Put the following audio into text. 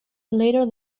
later